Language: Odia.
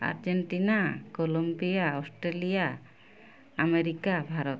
Argentina Colombia Australia America Bharat